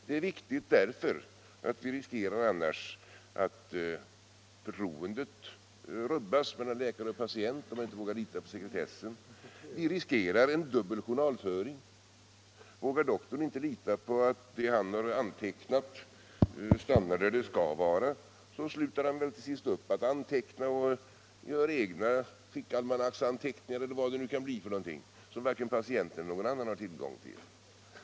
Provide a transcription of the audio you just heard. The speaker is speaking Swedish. Det är viktigt därför att vi annars riskerar att förtroendet mellan läkare och patient rubbas. Vi riskerar en dubbel journalföring. Vågar doktorn inte lita på att det han har antecknat stannar där det skall vara, slutar han väl till sist med att anteckna och gör egna fickalmanacksanteckningar eller vad det nu kan bli för någonting, som varken patienten eller någon annan har tillgång till.